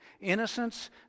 innocence